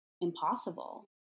impossible